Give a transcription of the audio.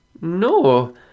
no